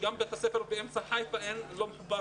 בית הספר נמצא במרכז חיפה אבל לא מחובר